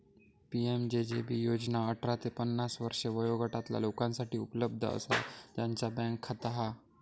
PMJJB योजना अठरा ते पन्नास वर्षे वयोगटातला लोकांसाठी उपलब्ध असा ज्यांचा बँक खाता हा